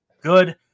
good